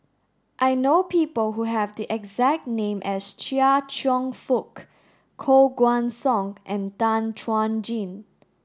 I know people who have the exact name as Chia Cheong Fook Koh Guan Song and Tan Chuan Jin